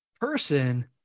person